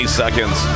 seconds